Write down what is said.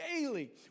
daily